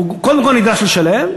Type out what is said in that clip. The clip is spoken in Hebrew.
הוא קודם כול ניגש לשלם,